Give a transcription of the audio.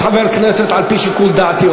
אאפשר לעוד חבר כנסת על-פי שיקול דעתי,